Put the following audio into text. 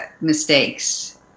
mistakes